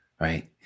right